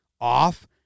off